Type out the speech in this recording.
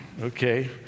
okay